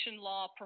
law